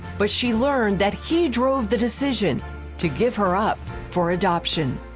but she learned that he drove the decision to give her up for adoption.